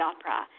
Opera